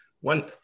One